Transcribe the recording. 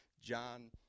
John